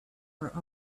her